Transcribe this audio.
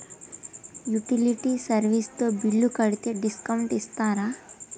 Utility service తో bill కడితే discount ఇస్తరా?